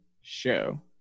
show